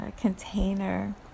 container